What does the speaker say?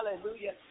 hallelujah